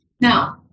Now